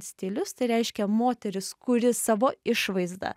stilius tai reiškia moteris kuri savo išvaizda